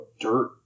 dirt